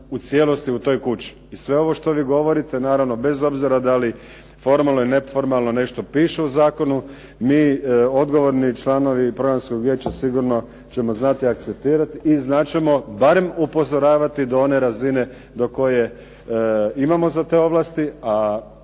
u cijelosti u toj kući. I sve ovo što vi govorite naravno bez obzira da li formalno ili neformalno nešto piše u zakonu mi odgovorni članovi Programskog vijeća sigurno ćemo znati akceptirati i znat ćemo barem upozoravati do one razine do koje imamo za to ovlasti